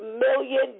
million